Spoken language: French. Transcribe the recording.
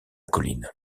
colline